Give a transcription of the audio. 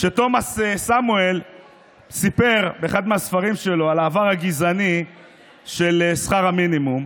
שתומס סמואל סיפר באחד מהספרים שלו על העבר הגזעני של שכר המינימום,